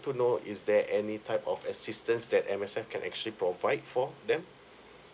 to know is there any type of assistance that M_S_F can actually provide for them